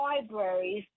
libraries